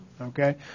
okay